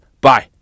Bye